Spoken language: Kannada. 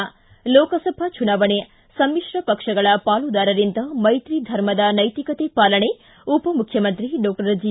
ಿ ಲೋಕಸಭಾ ಚುನಾವಣೆ ಸಮಿತ್ರ ಪಕ್ಷಗಳ ಪಾಲುದಾರರಿಂದ ಮೈತ್ರಿ ಧರ್ಮದ ನೈತಿಕತೆ ಪಾಲನೆ ಉಪಮುಖ್ಯಮಂತ್ರಿ ಡಾಕ್ಟರ್ ಜಿ